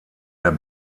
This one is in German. der